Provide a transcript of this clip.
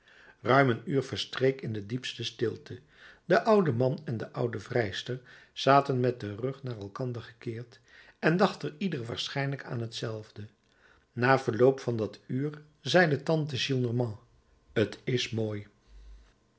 ruim een uur verstreek in de diepste stilte de oude man en de oude vrijster zaten met den rug naar elkander gekeerd en dachten ieder waarschijnlijk aan hetzelfde na verloop van dat uur zeide tante gillenormand t is mooi